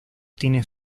tiene